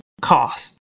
cost